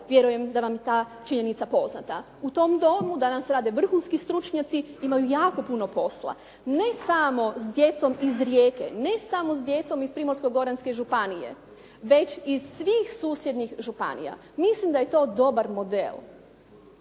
Vjerujem da vam je ta činjenica poznata. U tom domu danas rade vrhunski stručnjaci, imaju jako puno posla. Ne samo s djecom iz Rijeke, ne samo s djecom iz Primorsko-goranske županije, već iz svih susjednih županija. Mislim da je to dobar model